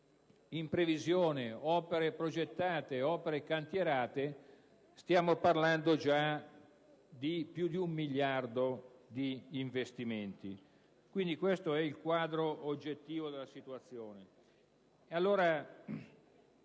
in previsione, opere progettate e cantierate, stiamo parlando già di più di un miliardo di investimenti. Questo è dunque il quadro oggettivo della situazione